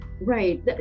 Right